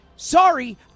sorry